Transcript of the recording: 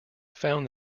found